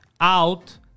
out